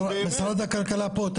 משרד הכלכלה פה,